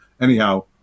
Anyhow